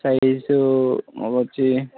size వచ్చి